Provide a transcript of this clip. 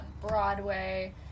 Broadway